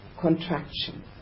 contraction